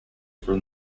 from